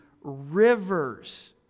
rivers